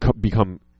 become